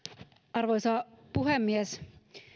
arvoisa puhemies